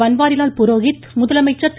பன்வாரிலால் புரோஹித் முதலமைச்சா் திரு